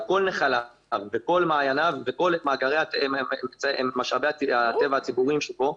כל נחליו וכל מעייניו וכל משאבי הטבע הציבוריים שבו,